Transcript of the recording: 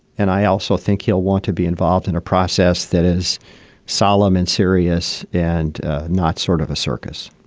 and i also think he'll want to be involved in a process that is solemn and serious and not sort of a circus